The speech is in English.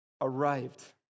arrived